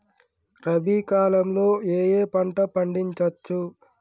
రబీ కాలంలో ఏ ఏ పంట పండించచ్చు?